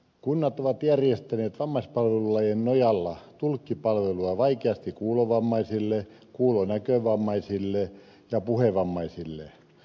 kunnat ovat järjestäneet vammaispalvelulain nojalla tulkkipalvelua vaikeasti kuulovammaisille kuulonäkövammaisille ja puhevammaisille